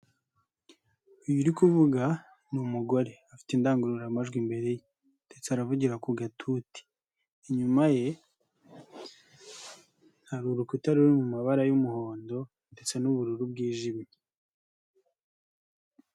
Uyu uri kuvuga ni umugore afite indangururamajwi imbere ye ndetse aravugira ku gatuti, inyuma ye hari urukuta ruri mu mabara y'umuhondo ndetse n'ubururu bwijimye.